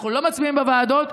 אנחנו לא מצביעים בוועדות,